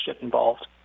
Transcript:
involved